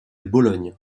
bologne